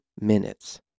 minutes